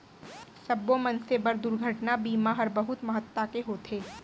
सब्बो मनसे बर दुरघटना बीमा हर बहुत महत्ता के होथे